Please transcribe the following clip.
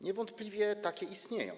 Niewątpliwie takie istnieją.